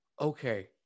Okay